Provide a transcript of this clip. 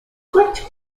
great